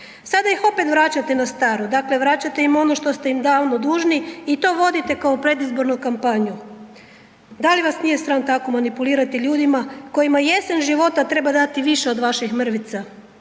Sada ih opet vraćate na staro. Dakle, vraćate im ono što ste im davno dužni i to vodite kao predizbornu kampanju. Da li vas nije sram tako manipulirati ljudima kojima jesen života treba dati više od vaših mrvica?